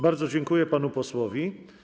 Bardzo dziękuję panu posłowi.